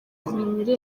kumenya